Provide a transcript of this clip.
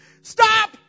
Stop